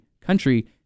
country